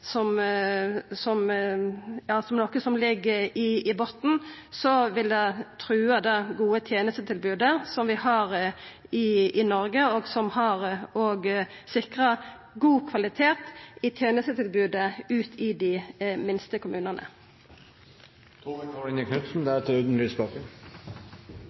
som ligg i botnen, vil det trua det gode tenestetilbodet som vi har i Noreg, og som har sikra god kvalitet i tenestetilbodet i dei minste